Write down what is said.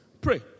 pray